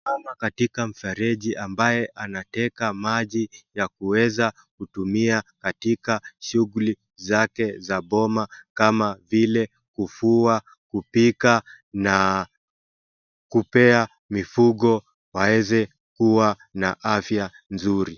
Mama katika mfereji ambaye anateka maji ya kuweza kutumia katika shughuli zake za boma kama vile kufua, kupika na kupea mifugo waweze kuwa na afya nzuri.